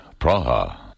Praha